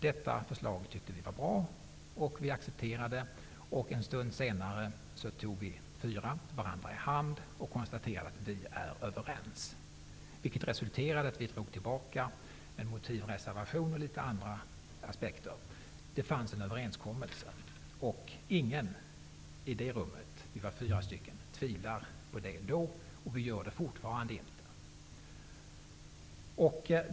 Detta förslag tyckte vi var bra, och vi accepterade. En stund senare tog vi fyra varandra i hand och konstaterade: Vi är överens. Det resulterade i att vi i Ny demokrati drog tillbaka en motivreservation, och litet andra aspekter. Det fanns en överenskommelse, och ingen i det rummet -- vi var fyra -- tvivlade då på detta, och det gör vi fortfarande inte.